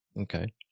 okay